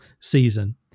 season